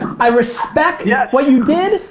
i respect yeah what you did.